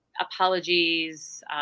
apologies